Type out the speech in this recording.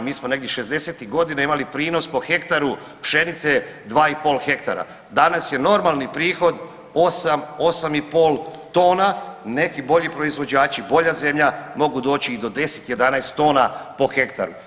Mi smo negdje šezdesetih godina imali prinos po hektaru pšenice 2,5 hektara, danas je normalni prihod 8, 8,5 tona, neki bolji proizvođači, bolja zemlja mogu doći i do 10, 11 tona po hektaru.